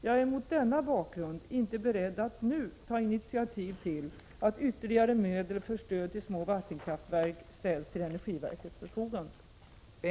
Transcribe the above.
Jag är mot denna bakgrund inte beredd att nu ta initiativ till att ytterligare medel för stöd till små vattenkraftverk ställs till energiverkets förfogande.